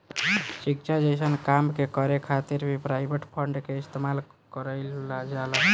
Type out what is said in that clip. शिक्षा जइसन काम के करे खातिर भी प्राइवेट फंड के इस्तेमाल कईल जाला